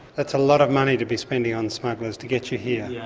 that's a lot of money to be spending on smugglers to get you here. yeah